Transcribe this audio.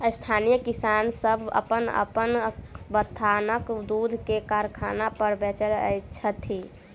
स्थानीय किसान सभ अपन अपन बथानक दूध के कारखाना पर बेचैत छथि